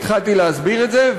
התחלתי להסביר את זה,